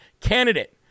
Candidate